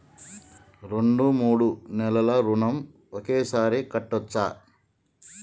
రెండు మూడు నెలల ఋణం ఒకేసారి కట్టచ్చా?